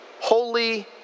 Holy